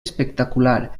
espectacular